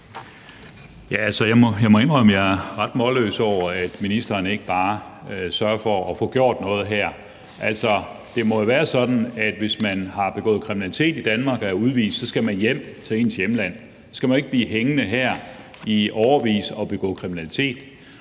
Jeg må indrømme, at jeg er ret målløs over, at ministeren ikke bare sørger for at få gjort noget her. Det må jo være sådan, at man, hvis man har begået kriminalitet i Danmark og er udvist, så skal hjem til ens hjemland, og så skal man jo ikke blive hængende her i årevis og begå kriminalitet.